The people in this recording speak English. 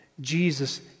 Jesus